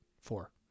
four